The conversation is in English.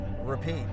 repeat